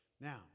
Now